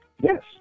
Yes